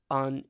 on